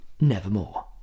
nevermore